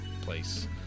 place